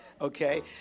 okay